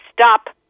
stop